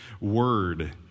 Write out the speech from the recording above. word